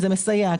זה מסייע,